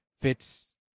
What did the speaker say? fits